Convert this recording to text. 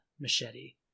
machete